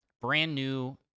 brand-new